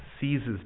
seizes